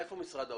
איפה משרד האוצר?